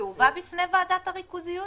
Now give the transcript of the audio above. זה הובא בפני ועדת הריכוזיות?